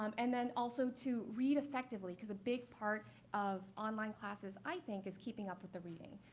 um and then also to read effectively, because a big part of online classes, i think, is keeping up with the reading.